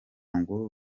ngo